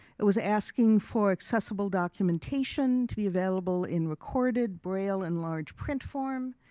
it was asking for accessible documentation to be available in recorded, braille, and large print form.